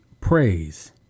praise